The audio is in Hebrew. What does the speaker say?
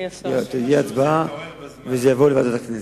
תהיה הצבעה וזה יעבור לוועדת הכנסת.